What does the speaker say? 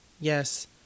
yes